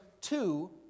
two